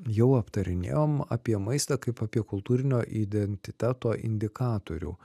jau aptarinėjom apie maistą kaip apie kultūrinio identiteto indikatorių